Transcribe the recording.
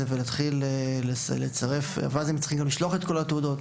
ולהתחיל לדרוש מהם לצרף את כל התעודות.